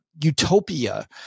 utopia